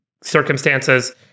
circumstances